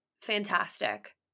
fantastic